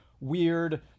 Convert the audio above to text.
weird